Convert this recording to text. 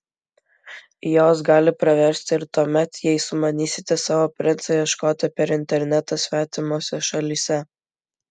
jos gali praversti ir tuomet jei sumanysite savo princo ieškoti per internetą svetimose šalyse